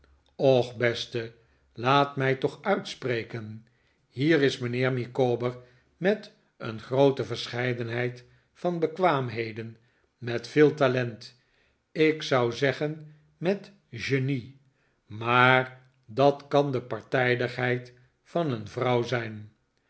och beste laat mij toch uitspreken hier is mijnheer micawber met een groote verscheidenheid van bekwaamheden met veel talent ik zou zeggen met genie maar dat kan de partijdigheid van een vrouw zijn